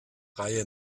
reihe